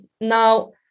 Now